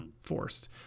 forced